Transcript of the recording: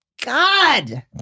God